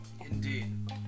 Indeed